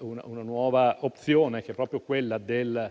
una nuova opzione per la